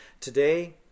Today